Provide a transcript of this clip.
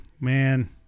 man